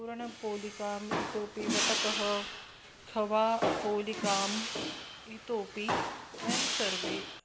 पूरणपोलिका इतोपि वटकः खवापोलिका इतोऽपि वयं सर्वे